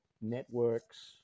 networks